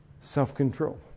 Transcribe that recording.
self-control